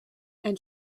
and